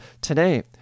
today